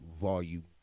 volume